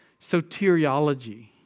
soteriology